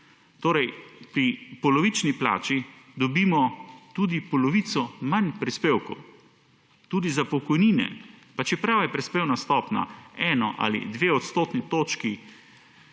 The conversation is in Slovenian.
Torej pri polovični plači dobimo tudi polovico manj prispevkov tudi za pokojnine pa čeprav je prispevna stopnja eno ali dve odstotni točki